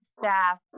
staff